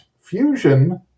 fusion